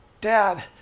dad